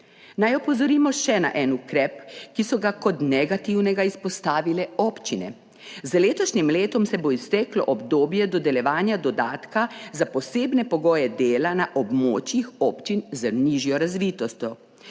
Naj opozorimo še na en ukrep, ki so ga kot negativnega izpostavile občine. Z letošnjim letom se bo izteklo obdobje dodeljevanja dodatka za posebne pogoje dela na območjih občin z nižjo razvitostjo.